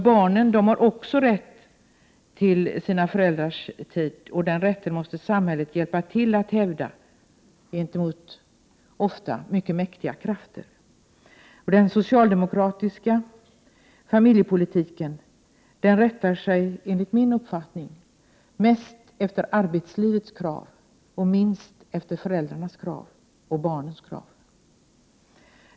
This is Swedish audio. Barnen har också rätt till sina föräldrars tid, och den rätten måste samhället hjälpa till att hävda gentemot ofta mycket mäktiga krafter. Den socialdemokratiska familjepolitiken rättar sig enligt min uppfattning mest efter arbetslivets krav och minst efter föräldrarnas och barnens krav.